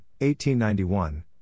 1891